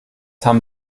haben